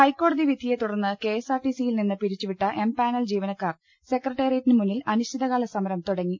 ഹൈക്കോടതിവിധിയെ തുടർന്ന് കെ എസ് ആർ ടി സിയിൽ നിന്ന് പിരിച്ചുവിട്ട എംപാനൽ ജീവനക്കാർ സെക്രട്ടേറിയറ്റിന് മുന്നിൽ അനിശ്ചിതകാലസമരം തുടങ്ങി